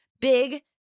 big